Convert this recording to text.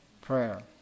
Prayer